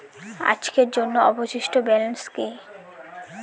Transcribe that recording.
আজকের জন্য অবশিষ্ট ব্যালেন্স কি?